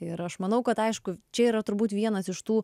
ir aš manau kad aišku čia yra turbūt vienas iš tų